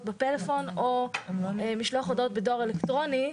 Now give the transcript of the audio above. בפלאפון או משלוח הודעות בדואר אלקטרוני.